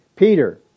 Peter